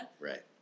right